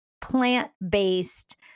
plant-based